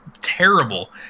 terrible